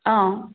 অঁ